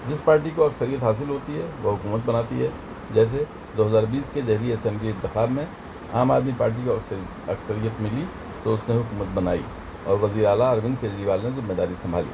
جس پارٹی کو اکثریت حاصل ہوتی ہے وہ حکومت بناتی ہے جیسے دو ہزار بیس کے دہلی اسمبلی انتخاب میں عام آدمی پارٹی کو عکس اکثریت ملی تو اس نے حکومت بنائی اور وزیر اعلیٰ اروند کیجروال نے ذمہ داری سنبھالی